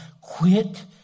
quit